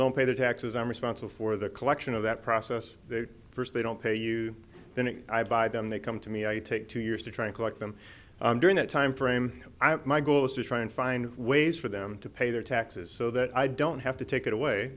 don't pay their taxes i'm responsible for the collection of that process the first they don't pay you then i buy them they come to me i take two years to try to collect them during that time frame my goal is to try and find ways for them to pay their taxes so that i don't have to take away